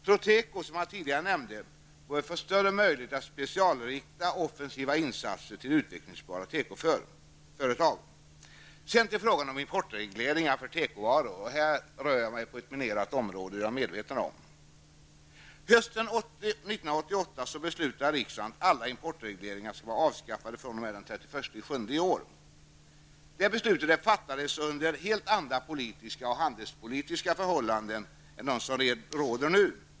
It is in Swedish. Proteko, som jag tidigare nämnde, bör få större möjligheter att specialrikta offensiva insatser till utvecklingsbara tekoföretag. Till frågan om importregleringar för tekovaror. Här rör jag mig på ett minerat område, det är jag medveten om. Hösten 1988 beslutade riksdagen att alla importregleringar skall vara avskaffade den 31 juli i år. Det beslutet fattades under helt andra politiska och handelspolitiska förhållanden än de som råder nu.